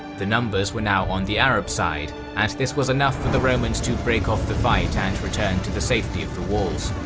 the numbers were now on the arab side, and this was enough for the romans to break off the fight and return to the safety of the walls.